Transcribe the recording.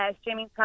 streaming